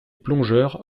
plongeurs